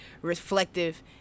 reflective